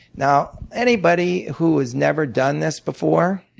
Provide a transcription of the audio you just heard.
now, anybody who has never done this before,